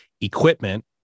equipment